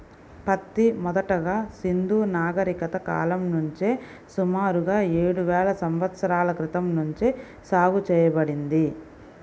పత్తి మొదటగా సింధూ నాగరికత కాలం నుంచే సుమారుగా ఏడువేల సంవత్సరాల క్రితం నుంచే సాగు చేయబడింది